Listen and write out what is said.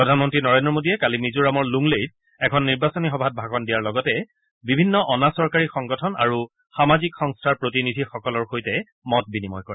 প্ৰধানমন্ত্ৰী নৰেন্দ্ৰ মোদীয়ে কালি মিজোৰামৰ লুংলেইত এখন নিৰ্বাচনী সভাত ভাষণ দিয়াৰ লগতে বিভিন্ন অনা চৰকাৰী সংগঠন আৰু সামাজিক সংস্থাৰ প্ৰতিনিধিসকলৰ সৈতে মত বিনিময় কৰে